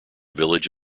village